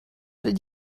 did